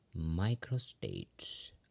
microstates